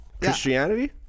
Christianity